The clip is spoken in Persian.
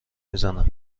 میزنن